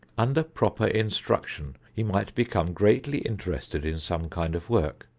under proper instruction he might become greatly interested in some kind of work,